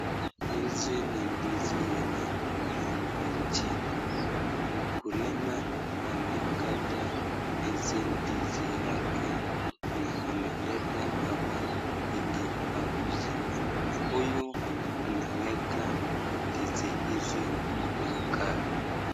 Hizi ni ndizi yenye imewekwa chini, mkulima amekata hizi ndizi yake na ameleta hapa hili auze , huyu anaweka ndizi hizi kwa gari.